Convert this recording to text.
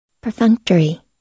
Perfunctory